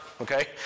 okay